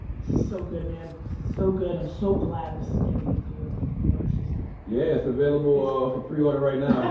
so good man, so good. i'm so glad this is getting into the water system. yeah, it's available ah for pre-order right now.